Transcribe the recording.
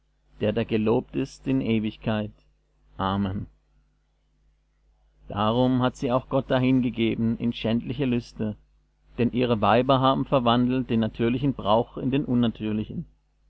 der da gelobt ist in ewigkeit amen darum hat sie auch gott dahingegeben in schändliche lüste denn ihre weiber haben verwandelt den natürlichen brauch in den unnatürlichen